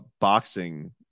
boxing